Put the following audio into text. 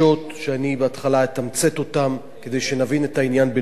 ואני בהתחלה אתמצת אותן כדי שנבין את העניין בנקודות.